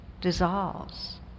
dissolves